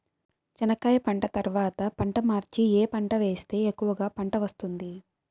చెనక్కాయ పంట తర్వాత పంట మార్చి ఏమి పంట వేస్తే ఎక్కువగా పంట వస్తుంది?